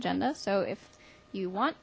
agenda so if you want